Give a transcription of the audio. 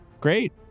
Great